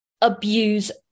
abuse